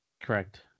Correct